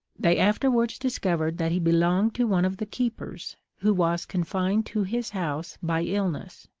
they afterwards discovered that he belonged to one of the keepers, who was confined to his house by illness.